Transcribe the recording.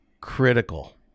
critical